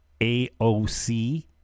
AOC